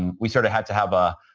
and we sort of had to have a